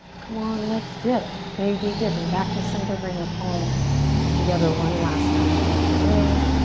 come on, let's dip, baby, dip. and back to center, bring the palms together one last time here today.